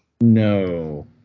No